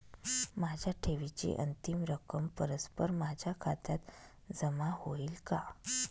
माझ्या ठेवीची अंतिम रक्कम परस्पर माझ्या खात्यात जमा होईल का?